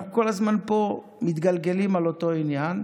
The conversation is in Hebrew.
אנחנו כל הזמן מתגלגלים פה באותו עניין.